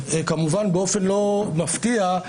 כמובן באופן לא מפתיע,